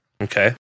Okay